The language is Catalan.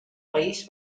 país